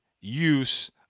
use